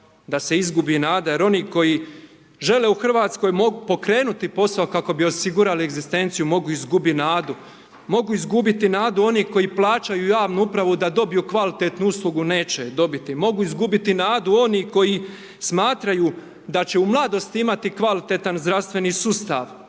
da se izgubi nada jer oni koji žele u Hrvatskoj pokrenuti posao kako bi osigurali egzistenciju mogu izgubiti nadu, mogu izgubiti nadu oni koji plaćaju javnu upravu da dobiju kvalitetnu uslugu, neće je dobiti, mogu izgubiti nadu oni koji smatraju da će u mladosti imati kvalitetan zdravstveni sustav.